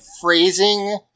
phrasing